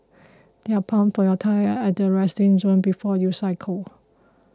there are pumps for your tyres at the resting zone before you cycle